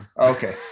okay